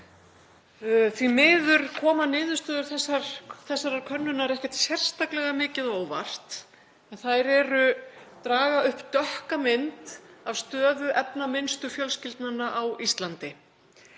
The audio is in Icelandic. Því miður koma niðurstöður þessarar könnunar ekkert sérstaklega mikið á óvart, en þær draga upp dökka mynd af stöðu efnaminnstu fjölskyldnanna á Íslandi.